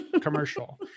commercial